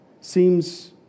seems